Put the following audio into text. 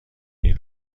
این